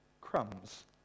crumbs